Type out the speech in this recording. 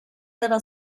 little